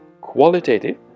qualitative